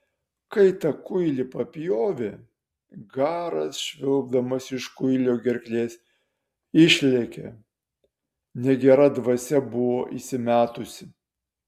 kai tą kuilį papjovė garas švilpdamas iš kuilio gerklės išlėkė negera dvasia buvo įsimetusi